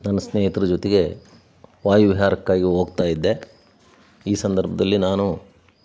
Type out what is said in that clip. ನನ್ನ ಸ್ನೇಹಿತ್ರ ಜೊತೆಗೆ ವಾಯುವಿಹಾರಕ್ಕಾಗಿ ಹೋಗ್ತಾ ಇದ್ದೆ ಈ ಸಂದರ್ಭದಲ್ಲಿ ನಾನು